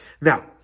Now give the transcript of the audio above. Now